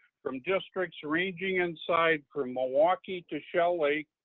from districts ranging in size from milwaukee to shell lake,